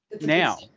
now